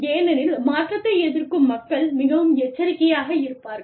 ஏனெனில் மாற்றத்தை எதிர்க்கும் மக்கள் மிகவும் எச்சரிக்கையாக இருப்பார்கள்